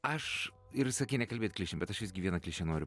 aš ir sakei nekalbėt klišėm bet aš visgi viena klišę noriu